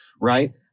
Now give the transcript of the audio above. Right